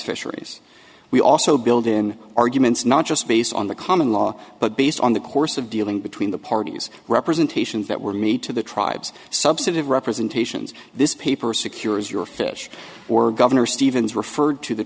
fisheries we also build in arguments not just based on the common law but based on the course of dealing between the parties representations that were made to the tribes substantive representations this paper secures your fish or governor stevens referred to the